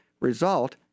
result